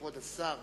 כבוד השר